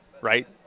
right